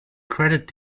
credit